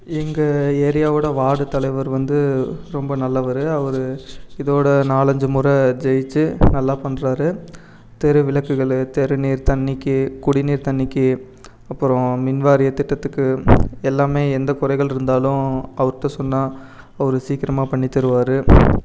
எங்கள் ஏரியாவோட வார்டு தலைவர் வந்து ரொம்ப நல்லவர் அவர் இதோட நாலஞ்சு முறை ஜெயிச்சு நல்லா பண்றார் தெரு விளக்குகள் தெரு நீர் தண்ணிக்கு குடிநீர் தண்ணிக்கு அப்புறம் மின்வாரியத் திட்டத்துக்கு எல்லாமே எந்த குறைகள்ருந்தாலும் அவர்கிட்ட சொன்னால் அவர் சீக்கிரமாக பண்ணி தருவார்